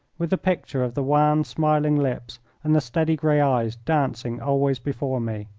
with the picture of the wan, smiling lips and the steady grey eyes dancing always before me.